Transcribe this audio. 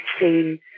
seen